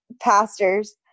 pastors